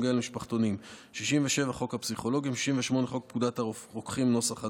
התשי"ג 1953, 58. חוק עבודת נשים,